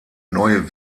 neue